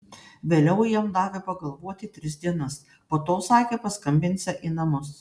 vėliau jam davė pagalvoti tris dienas po to sakė paskambinsią į namus